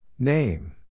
Name